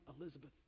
Elizabeth